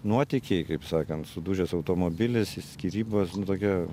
nuotykiai kaip sakant sudužęs automobilis skyrybos nu tokie